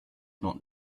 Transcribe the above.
not